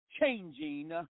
changing